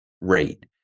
rate